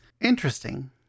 Interesting